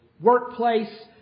workplace